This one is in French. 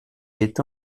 est